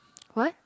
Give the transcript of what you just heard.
what